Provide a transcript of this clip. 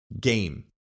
game